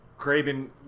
Craven